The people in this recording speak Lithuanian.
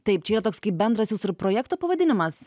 taip čia yra toks kaip bendras jūsų ir projekto pavadinimas